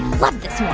love this